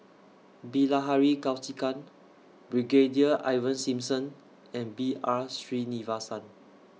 Bilahari Kausikan Brigadier Ivan Simson and B R Sreenivasan